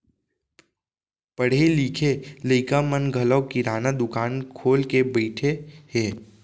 पढ़े लिखे लइका मन घलौ किराना दुकान खोल के बइठे हें